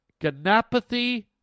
Ganapathy